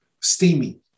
steamy